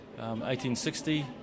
1860